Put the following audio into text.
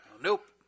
Nope